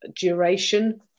duration